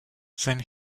then